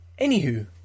anywho